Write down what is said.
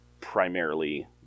primarily